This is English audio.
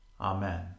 Amen